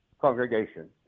congregation